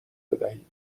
بدهید